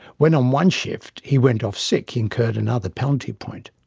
when, on one shift, he went off sick he incurred another penalty point.